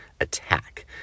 attack